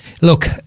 look